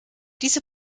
diese